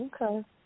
Okay